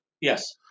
Yes